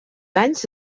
anys